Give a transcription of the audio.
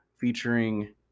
featuring